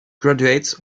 graduates